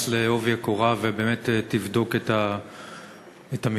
בעובי הקורה ובאמת תבדוק את המכרזים.